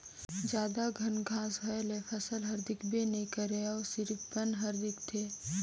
जादा घन घांस होए ले फसल हर दिखबे नइ करे उहां सिरिफ बन हर दिखथे